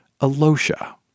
Alosha